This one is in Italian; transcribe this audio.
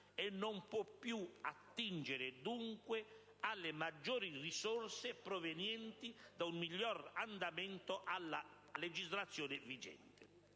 e non può più attingere dunque alle maggiori risorse provenienti da un migliore andamento a legislazione vigente.